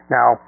Now